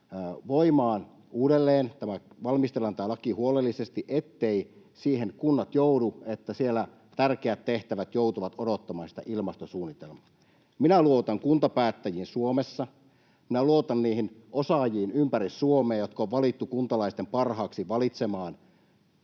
voimaan uudelleen. Tämä laki valmistellaan huolellisesti, etteivät kunnat joudu siihen, että siellä tärkeät tehtävät joutuvat odottamaan sitä ilmastosuunnitelmaa. Minä luotan kuntapäättäjiin Suomessa, minä luotan niihin osaajiin ympäri Suomea, jotka on valittu kuntalaisten parhaaksi valitsemaan